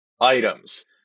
items